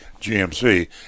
GMC